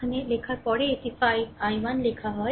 এখানে লেখার পরে এটি 5 i1 লেখা হয়